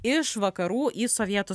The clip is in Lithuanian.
iš vakarų į sovietų